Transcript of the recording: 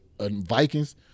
Vikings